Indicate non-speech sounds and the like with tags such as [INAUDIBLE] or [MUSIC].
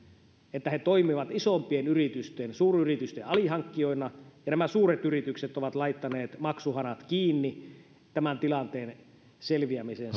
että he toimivat isompien yritysten suuryritysten alihankkijoina ja nämä suuret yritykset ovat laittaneet maksuhanat kiinni tämän tilanteen selviämiseen [UNINTELLIGIBLE]